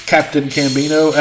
CaptainCambino